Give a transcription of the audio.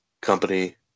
company